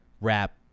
rap